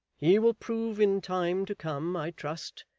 he will prove, in time to come, i trust,